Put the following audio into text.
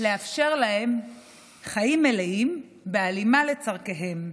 לאפשר להם חיים מלאים בהלימה לצורכיהם.